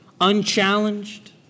unchallenged